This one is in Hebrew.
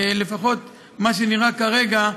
לפחות מה שנראה כרגע,